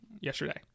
yesterday